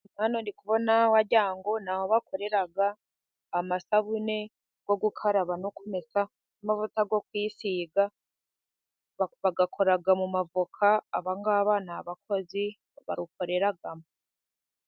Hano ndi kubona wagira ngo ni aho bakorera amasabune yo gukaraba no kumenesa, amavuta yo kwisiga, bayakora mu mavoka aba ngaba ni abakozi barukoreramo.